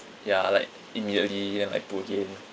ya like immediately then like put again